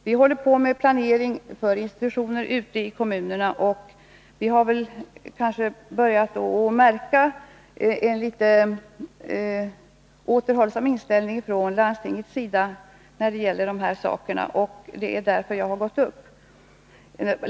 Vi håller på med planering för institutioner ute i kommunerna, och vi har börjat märka en återhållsam inställning från landstingens sida här, och det är därför jag har gått upp.